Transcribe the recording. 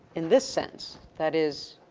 in this sense, that is,